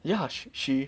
yeah she she